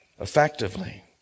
effectively